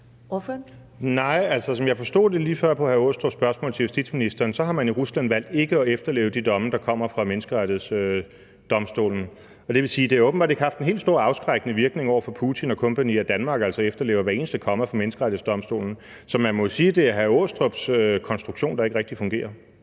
som jeg forstod det lige før på hr. Michael Aastrup Jensens spørgsmål til justitsministeren, så har man i Rusland valgt ikke at efterleve de domme, der kommer fra Menneskerettighedsdomstolen. Det vil sige, at det åbenbart ikke har haft den helt store afskrækkende virkning over for Putin og co., at Danmark altså efterlever hvert eneste komma fra Menneskerettighedsdomstolen. Så man må jo sige, det er hr. Michael Aastrup Jensens konstruktion, der ikke rigtig fungerer.